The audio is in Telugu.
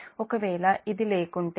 ఒకవేళ అది లేకుంటే Zf విలువ 0